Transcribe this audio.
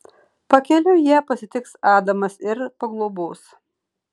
pakeliui ją pasitiks adamas ir paglobos